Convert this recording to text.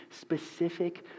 specific